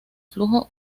flujo